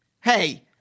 hey